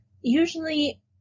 usually